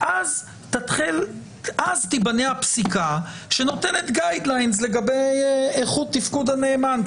אז תיבנה הפסיקה שנותנת הנחיות לגבי איכות תפקוד הנאמן,